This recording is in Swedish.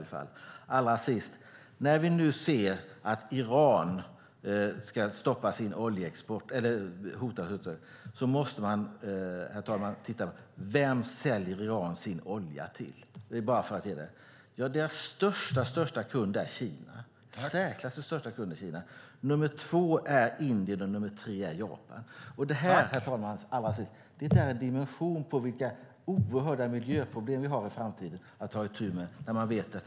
Allra sist: När vi nu ser att Iran hotas av ett stopp av sin oljeexport måste vi, herr talman, titta på vem Iran säljer sin olja till. Irans säkraste och största kund är Kina. Nummer två är Indien och nummer tre är Japan. Detta, herr talman, är en dimension som visar vilka oerhört stora miljöproblem vi har att ta itu med i framtiden.